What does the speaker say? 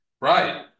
Right